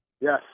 Yes